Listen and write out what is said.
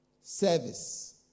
service